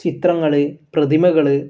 ചിത്രങ്ങൾ പ്രതിമകൾ